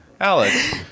Alex